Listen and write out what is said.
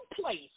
place